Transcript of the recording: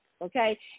okay